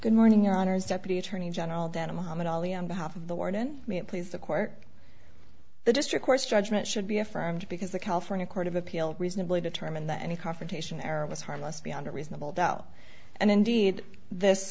good morning honors deputy attorney general denham mohammad ali on behalf of the warden please the court the district court's judgment should be affirmed because the california court of appeal reasonably determined that any confrontation error was harmless beyond a reasonable doubt and indeed this